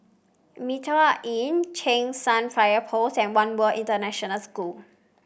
Mitraa Inn Cheng San Fire Post and One World International School